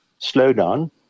slowdown